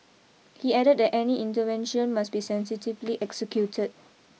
he added that any intervention must be sensitively executed